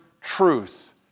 truth